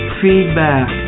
feedback